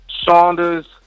Saunders